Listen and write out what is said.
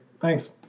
thanks